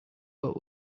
but